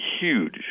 huge